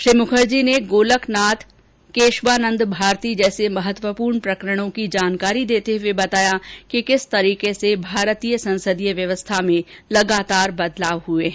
श्री मुखर्जी ने गोलकनाथ केशवानन्द भारती जैसे महत्वपूर्ण प्रकरणों की जानकारी देते हुए बताया कि किस तरीके से भारतीय संसदीय व्यवस्था में लगातार बदलाव हुए है